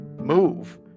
move